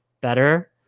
better